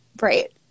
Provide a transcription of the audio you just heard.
right